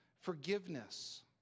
forgiveness